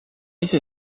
ise